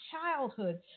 childhood